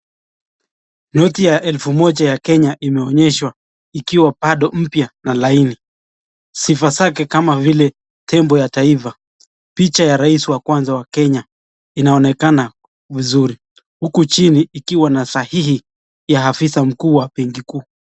Noti ya elfu moja ya Kenya imeonyeshwa ikiwa bado mpya na laini. Sifa zake kama vile tembo ya taifa, picha ya rais wa kwanza wa Kenya inaonekana vizuri. Huku chini ikiwa na sahihi ya afisa mkuu wa benki kuu.